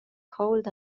cold